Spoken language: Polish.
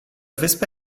wyspa